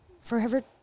forever